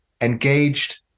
engaged